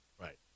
Right